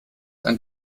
ein